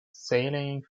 sailing